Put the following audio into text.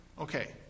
Okay